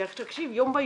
ויום באשפוזית,